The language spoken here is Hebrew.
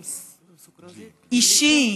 אישי,